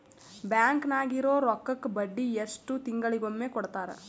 Bank ನಾಗಿರೋ ರೊಕ್ಕಕ್ಕ ಬಡ್ಡಿ ಎಷ್ಟು ತಿಂಗಳಿಗೊಮ್ಮೆ ಕೊಡ್ತಾರ?